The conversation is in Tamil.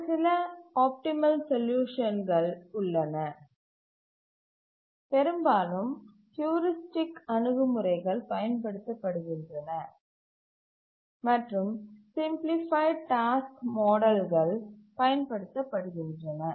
மிகச் சில ஆப்டிமல் சொல்யூஷன்கல் உள்ளன பெரும்பாலும் ஹூரிஸ்டிக் அணுகு முறைகள் பயன்படுத்த படுகின்றன மற்றும் சிம்பிளிஃபைட் டாஸ்க் மாடல்கள் பயன்படுத்தப்படுகின்றன